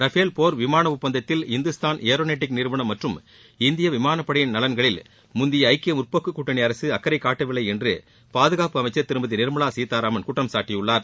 Rafale போர் விமான ஒப்பந்தத்தில் இந்துஸ்தான் ஏரோநாட்டிக் நிறுவனம் மற்றும் இந்திய விமானப்படையின் நலன்களில் முந்தைய ஐக்கிய முற்போக்குக் கூட்டணி அரசு அக்கறை காட்டவில்லை என்று பாதுகாப்பு அமைச்சர் திருமதி நிர்மலா சீத்தாராமன் குற்றம் சாட்டியுள்ளார்